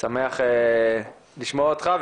אני שמח לשמוע אותך,